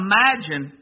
Imagine